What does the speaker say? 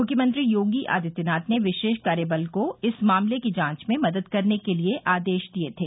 मुख्यमंत्री योगी आदित्यनाथ ने विशेष कार्यबल को इस मामले की जांच में मदद करने के लिए आदेश दिए थे